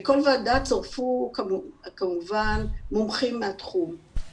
לכל ועדה צורפו כמובן מומחים מהתחום,